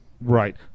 Right